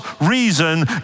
reason